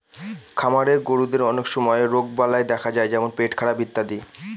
খামারের গরুদের অনেক সময় রোগবালাই দেখা যায় যেমন পেটখারাপ ইত্যাদি